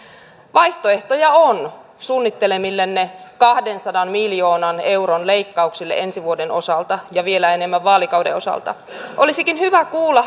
vaihtoehtoja on suunnittelemillenne kahdensadan miljoonan euron leikkauksille ensi vuoden osalta ja vielä enemmän vaalikauden osalta olisikin hyvä kuulla